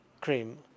Cream